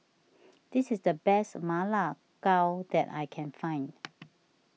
this is the best Ma La Gao that I can find